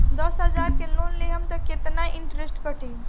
दस हजार के लोन लेहम त कितना इनट्रेस कटी?